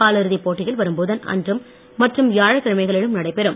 காலிறுதிப் போட்டிகள் வரும் புதன் மற்றும் வியாழக்கிழமைகளில் நடைபெறும்